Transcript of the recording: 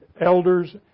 elders